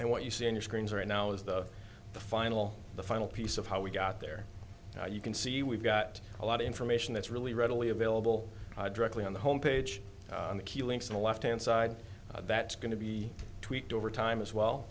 and what you see on your screens right now is that the final the final piece of how we got there you can see we've got a lot of information that's really readily available directly on the home page on the key links in the left hand side that's going to be tweaked a time as well